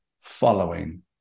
following